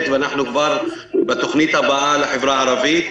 ואנחנו כבר בתוכנית הבאה לחברה הערבית,